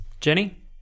Jenny